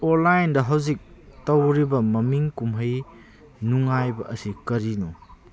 ꯑꯣꯟꯂꯥꯏꯟꯗ ꯍꯧꯖꯤꯛ ꯇꯧꯔꯤꯕ ꯃꯃꯤꯡ ꯀꯨꯝꯍꯩ ꯅꯨꯡꯉꯥꯏꯕ ꯑꯁꯤ ꯀꯔꯤꯅꯣ